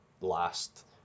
last